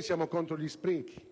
Siamo contro gli sprechi;